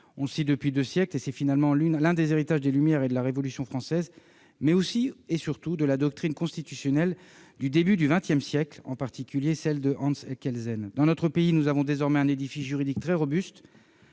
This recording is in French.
on le sait depuis deux siècles, et c'est finalement l'un des héritages des Lumières et de la Révolution française -, mais aussi et surtout de la doctrine constitutionnelle du début du XXsiècle, en particulier celle de Hans Kelsen. Dans notre pays, nous avons désormais un édifice juridique très robuste.